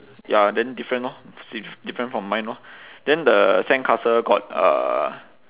ya then different orh sa~ different from mine orh then the sandcastle got uh